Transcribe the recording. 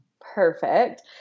Perfect